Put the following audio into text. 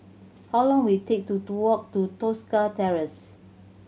how long will it take to walk to Tosca Terrace